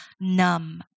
numb